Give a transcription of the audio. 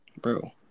bro